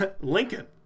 Lincoln